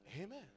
Amen